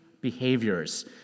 behaviors